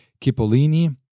Cipollini